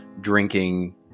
drinking